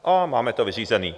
A máme to vyřízený.